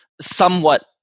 somewhat